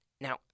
Now